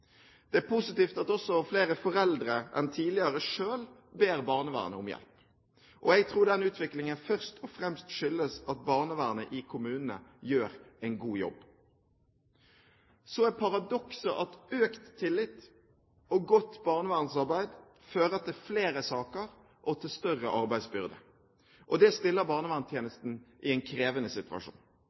Det er positivt at også flere foreldre enn tidligere selv ber barnevernet om hjelp. Jeg tror denne utviklingen først og fremst skyldes at barnevernet i kommunene gjør en god jobb. Så er paradokset at økt tillit og godt barnevernsarbeid fører til flere saker og til større arbeidsbyrde. Det stiller barnevernstjenesten i en krevende situasjon.